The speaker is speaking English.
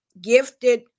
gifted